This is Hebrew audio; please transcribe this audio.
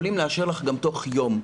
יכולים לאשר לך גם תוך יום.